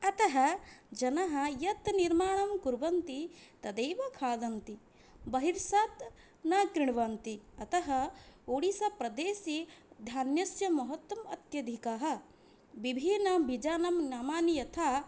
अतः जनाः यत् निर्माणं कुर्वन्ति तदेव खादन्ति बहिष्टात् न कृण्वन्ति अतः ओडिस्सा प्रदेशे धान्यस्य महत्त्वम् अत्यधिकं विभिन बीजानां नामानि यथा